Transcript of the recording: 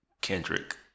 Kendrick